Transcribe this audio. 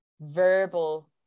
verbal